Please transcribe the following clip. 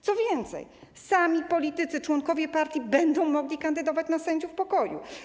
Co więcej, sami politycy, członkowie partii, będą mogli kandydować na sędziów pokoju.